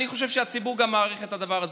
אני חושב שהציבור גם מעריך את הדבר הזה,